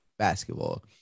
basketball